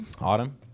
Autumn